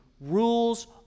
rules